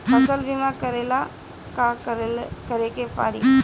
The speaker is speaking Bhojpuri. फसल बिमा करेला का करेके पारी?